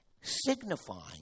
signifying